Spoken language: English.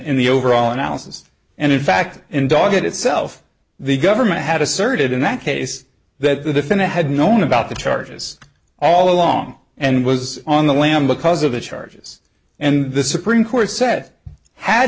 in the overall analysis and in fact in dog itself the government had asserted in that case that the defendant had known about the charges all along and was on the lam because of the charges and the supreme court said had